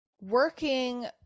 working